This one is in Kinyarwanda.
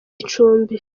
icumbi